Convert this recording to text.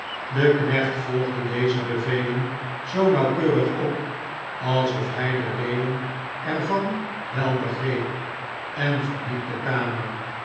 de knecht volgde deze bevelen zoo nauwkeurig op alsof hij de reden ervan wel begreep en verliet de kamer